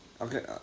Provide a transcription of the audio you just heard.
Okay